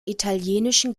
italienischen